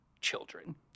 children